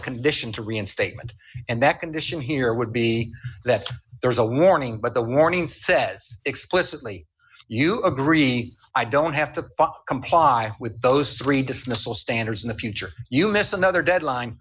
a condition to reinstatement and that condition here would be that there's a warning but the warning says explicitly you agree i don't have to comply with those three dismissal standards in the future you miss another deadline